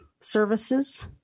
services